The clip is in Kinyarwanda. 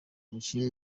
umukinnyi